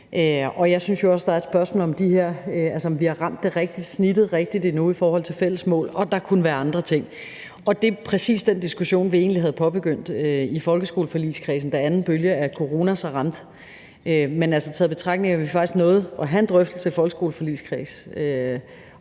jeg synes jo også, at der er et spørgsmål om, om vi har ramt snittet rigtigt endnu i forhold til fælles mål – og der kunne være andre ting. Det er præcis den diskussion, vi egentlig havde påbegyndt i folkeskoleforligskredsen, da anden bølge af corona ramte. Altså, taget i betragtning, at vi faktisk nåede at have en drøftelse i folkeskoleforligskredsen